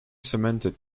cemented